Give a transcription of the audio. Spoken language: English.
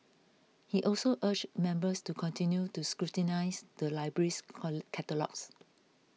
he also urged members to continue to scrutinise the library's catalogues